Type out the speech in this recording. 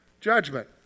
Judgment